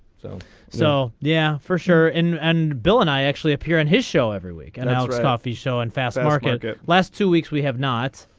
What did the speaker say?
so so yeah for sure in and bill and i actually appear in his show every week and i'll right off the show and fast market. last two weeks we have nots.